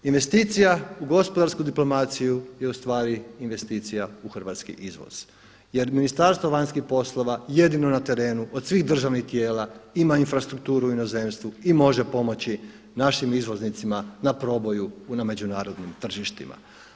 Investicija u gospodarsku diplomaciju je u stvari investicija u hrvatski izvoz jer Ministarstvo vanjskih poslova jedino na terenu od svih državnih tijela ima infrastrukturu u inozemstvu i može pomoći našim izvoznicima na proboju na međunarodnim tržištima.